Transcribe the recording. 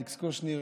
ואלכס קושניר,